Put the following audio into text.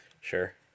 Sure